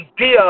idea